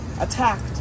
attacked